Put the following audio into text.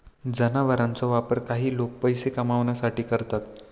जनावरांचा वापर काही लोक पैसे कमावण्यासाठी करतात